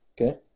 Okay